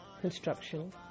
construction